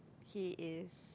he is